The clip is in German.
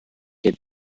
der